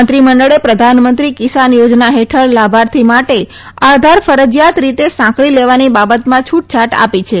મંત્રીમંડળે પ્રધાનમંત્રી કિસાન યોજના હેઠળ લાભાર્થી માટે આધાર ફરજીયાત રીતે સાંકળી લેવાની બાબતમાં છુટછાટ આપી છે